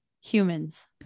humans